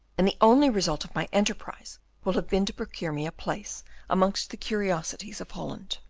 and the only result of my enterprise will have been to procure me a place among the curiosities of holland.